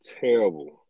terrible